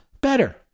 better